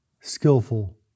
skillful